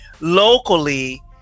locally